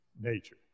nature